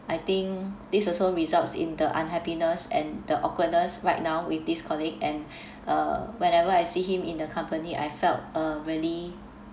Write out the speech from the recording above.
I think this also results in the unhappiness and the awkwardness right now with this colleague and uh whenever I see him in the company I felt uh really